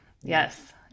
yes